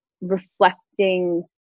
reflecting